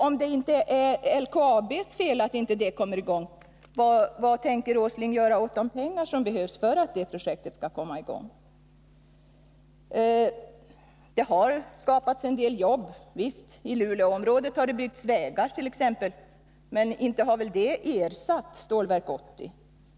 Om det inte är LKAB:s fel att det projektet inte har kommit i gång, vad tänker i så fall Nils Åsling göra för att få fram de pengar som behövs till projektet? Det har skapats en del jobb — ja visst! I Luleåområdet har det byggts vägar t.ex., men inte har väl dessa vägbyggen ersatt Stålverk 80?